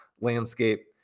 landscape